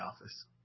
office